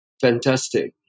Fantastic